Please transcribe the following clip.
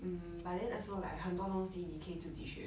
mm but then also like 很多东西你可以自己学